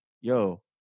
yo